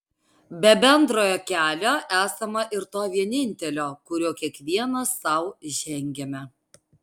be bendrojo kelio esama ir to vienintelio kuriuo kiekvienas sau žengiame